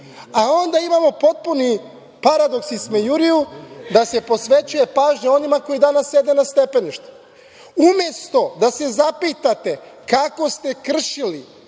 A onda imamo potpuni paradoks i smejuriju, da se posvećuje pažnja onima koji danas sede na stepeništu. Umesto da se zapitate kako ste kršili